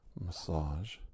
Massage